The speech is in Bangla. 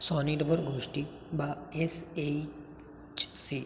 স্বনির্ভর গোষ্ঠী বা এস এইচ সি